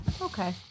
Okay